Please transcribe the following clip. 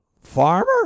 farmer